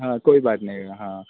ہاں کوئی بات نہیں ہے ہاں